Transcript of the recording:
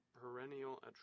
perennial